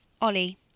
Ollie